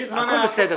הכל בסדר.